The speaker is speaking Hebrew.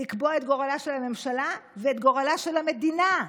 לקבוע את גורלה של הממשלה ואת גורלה של המדינה.